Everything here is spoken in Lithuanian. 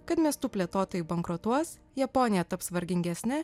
kad miestų plėtotojai bankrotuos japonija taps vargingesne